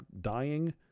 dying